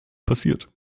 passiert